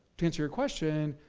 to answer your question,